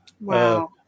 Wow